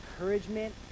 encouragement